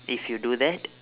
if you do that